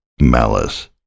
malice